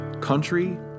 country